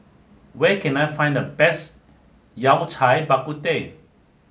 where can I find the best Yao Cai Bak Kut Teh